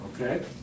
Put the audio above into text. okay